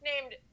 named